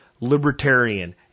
libertarian